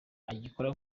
agikora